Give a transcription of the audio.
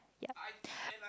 yup